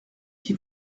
qui